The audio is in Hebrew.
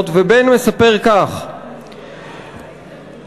וכדי לסבר את האוזן ולהסביר לכם,